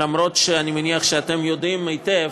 אף על פי שאני מניח שאתם יודעים היטב,